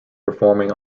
performing